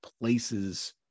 places